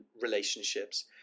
relationships